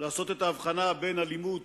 לעשות את ההבחנה בין האלימות